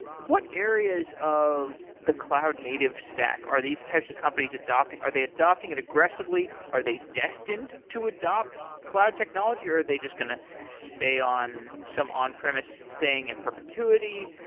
what areas of the cloud native stack are these types of companies adopting? are they adopting it aggressively? are they destined to adopt cloud technology, or are they just going to stay on some on-premise thing in perpetuity?